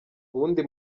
uwundi